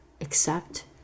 accept